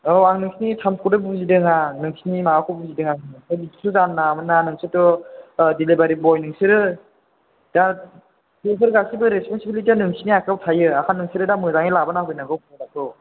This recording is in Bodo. औ आं नोंसिनि टार्मसखौथ' बुजिदों आं नोंसिनि माबाखौ बुजिदों आं बिदिथ' जानो नाङामोनना नोंसोरोथ' डेलाभारि बय नोंसोर दा बेफोर गासैबो रेसपनसिबिलिटिआ नोंसिनि आखायाव थायो आखायनो नोंसोरो दा मोजाङै लाबोनानै होफैनांगौ प्रडाक्टखौ